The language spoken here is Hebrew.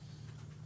פעילות